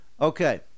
Okay